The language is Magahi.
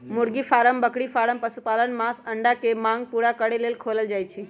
मुर्गी फारम बकरी फारम पशुपालन मास आऽ अंडा के मांग पुरा करे लेल खोलल जाइ छइ